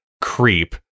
creep